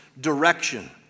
Direction